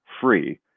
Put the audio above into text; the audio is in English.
free